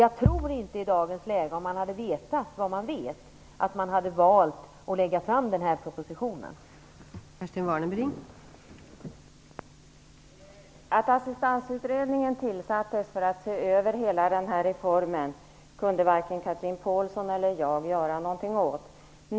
Att Assistansutredningen tillsattes för att se över hela den här reformen kunde varken Chatrine Pålsson eller jag göra någonting åt.